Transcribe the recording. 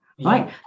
right